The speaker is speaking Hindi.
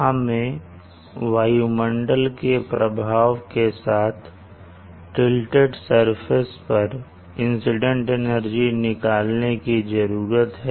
हमें वायुमंडल के प्रभाव के साथ टीलटेड सरफेस पर इंसीडेंट एनर्जी निकालने की जरूरत है